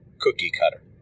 cookie-cutter